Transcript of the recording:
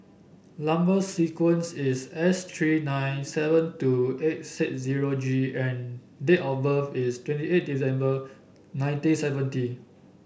number sequence is S three nine seven two eight six zero G and date of birth is twenty eight December nineteen seventy